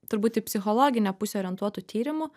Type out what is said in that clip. turbūt į psichologinę pusę orientuotų tyrimų